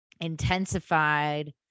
intensified